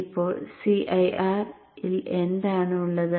ഇപ്പോൾ cir ഇൽ എന്താണ് ഉള്ളത്